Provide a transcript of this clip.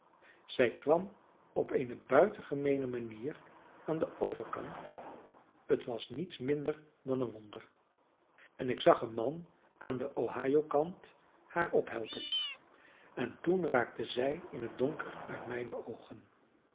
zij kwam op eene buitengemeene manier aan den overkant het was niets minder dan een wonder en ik zag een man aan den ohiokant haar ophelpen en toen raakte zij in het donker uit mijne oogen